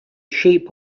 sheep